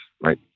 right